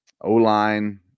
O-line